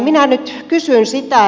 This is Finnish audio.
minä nyt kysyn